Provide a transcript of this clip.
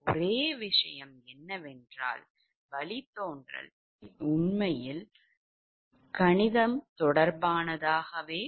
ஒரே விஷயம் என்னவென்றால் வழித்தோன்றல் உண்மையில் கணிதம் தொடர்பாக உள்ளது